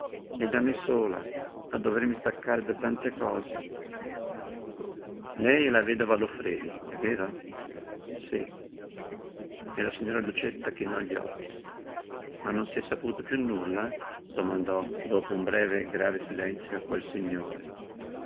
e da me sola a dovermi staccare da tante cose lei è la vedova loffredi è vero sí e la signora lucietta chinò gli occhi ma non si è saputo piú nulla domandò dopo un breve e grave silenzio quel signore